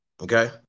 okay